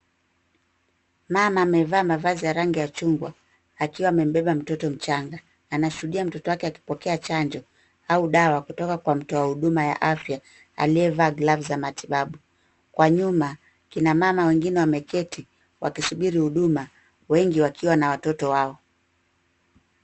Mama amevaa mavazi ya rangi ya chungwa akiwa amebeba mtoto mchanga. Anashuhudia mtoto wake akipokea chanjo au dawa kutoka kwa mtu wa mhudumu wa afya aliyevaa glavu za matibabu. Kwa nyuma kina mama wengine wameketi wakisubiri huduma wengi wakiwa na watoto wao.